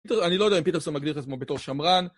אני לא יודע אם פיטרסה מגדיר את עצמו בתור שמרן